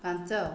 ପାଞ୍ଚ